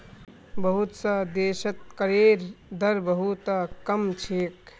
बहुत स देशत करेर दर बहु त कम छेक